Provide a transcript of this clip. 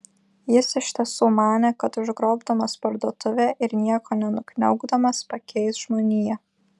jis iš tiesų manė kad užgrobdamas parduotuvę ir nieko nenukniaukdamas pakeis žmoniją